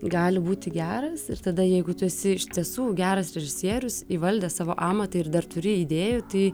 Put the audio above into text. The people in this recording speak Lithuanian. gali būti geras ir tada jeigu tu esi iš tiesų geras režisierius įvaldęs savo amatą ir dar turi idėjų tai